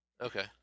Okay